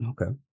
okay